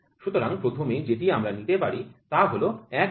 সুতরাং প্রথমে যেটি আমরা নিতে পারি তা হল ১০০৫